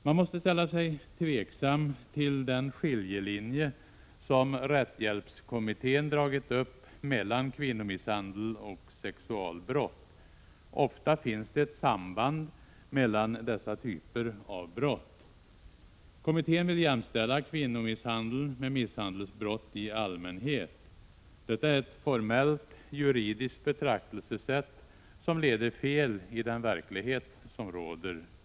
Man måste ställa sig tveksam till den skiljelinje som rättshjälpskommittén dragit upp mellan kvinnomisshandel och sexualbrott. Ofta finns det ett samband mellan dessa typer av brott. Kommittén vill jämställa kvinnomisshandel med misshandelsbrott i allmänhet. Detta är ett formellt juridiskt betraktelsesätt, som leder fel i den verklighet som råder. 133 Prot.